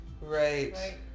Right